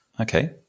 Okay